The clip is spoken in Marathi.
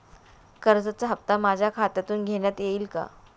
कर्जाचा हप्ता माझ्या खात्यातून घेण्यात येईल का?